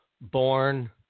born